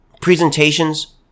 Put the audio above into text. presentations